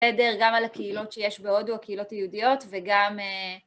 עדר גם על הקהילות שיש בהודו, הקהילות היהודיות, וגם...